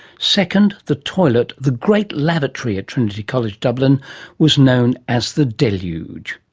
second, the toilet the great lavatory at trinity college dublin was known as the deluge.